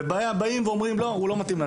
ובאים ואומרים: "הוא לא מתאים לנו.